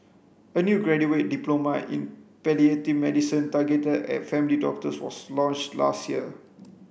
a new graduate diploma in palliative medicine targeted at family doctors was launched last year